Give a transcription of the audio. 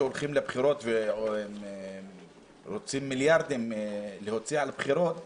העובדה שהולכים לבחירות ורוצים להוציא על בחירות מיליארדים,